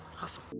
hustle.